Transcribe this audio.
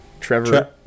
Trevor